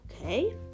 Okay